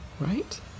right